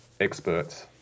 experts